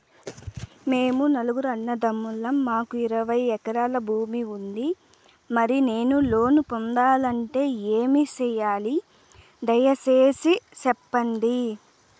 మేము నలుగురు అన్నదమ్ములం మాకు ఇరవై ఎకరాల భూమి ఉంది, మరి నేను లోను పొందాలంటే ఏమి సెయ్యాలి? దయసేసి సెప్పండి?